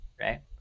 right